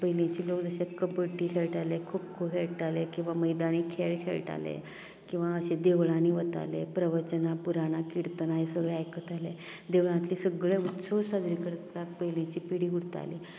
पयलीचे लोक जशें कबड्डी खेळटाले खोखो खेळटाले किंवां मैदानी खेळ खेळटाले किंवां अशें देवळांनी वताले प्रवचनां पुराणां किर्तनां हें सगलें आयकताले देवळांतले सगळें उत्सव साजरे करपाक पयलीची पिडी उरताली